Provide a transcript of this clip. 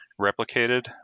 replicated